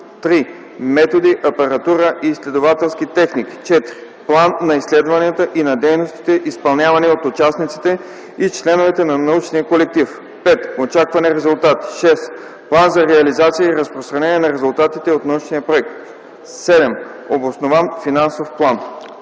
3. методи, апаратура и изследователски техники; 4. план на изследванията и на дейностите, изпълнявани от участниците и членовете на научния колектив; 5. очаквани резултати; 6. план за реализация и разпространение на резултатите от научния проект; 7. обоснован финансов план.”